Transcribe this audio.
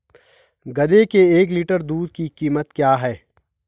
गधे के एक लीटर दूध की कीमत क्या है?